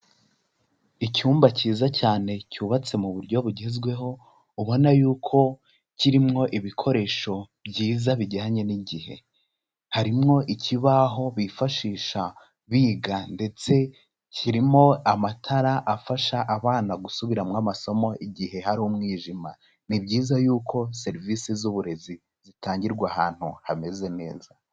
Icyumba cyiza cyane cyubatse mu buryo bugezweho ubona yuko kirimo ibikoresho byiza bijyanye n'igihe, harimwo ikibaho bifashisha biga ndetse kirimo amatara afasha abana gusubiramo amasomo igihe hari umwijima. Ni byiza yuko serivise z'uburezi zitangirwa ahantu hameze neza.